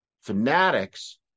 Fanatics